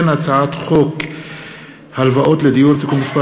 הצעת חוק הלוואות לדיור (תיקון מס'